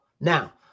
now